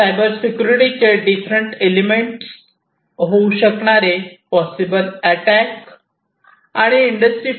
cyber security चे different elements होऊ शकणारे पॉसिबल अटॅक आणि इंडस्ट्री 4